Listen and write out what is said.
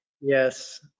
Yes